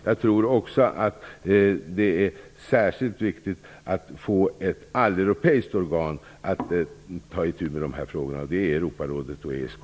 Jag tror också att det är särskilt viktigt att få alleuropeiska organ att ta itu med de här frågorna, t.ex. Europarådet och ESK.